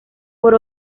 por